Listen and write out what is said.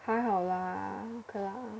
还好啦 okay lah